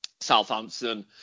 Southampton